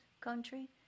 country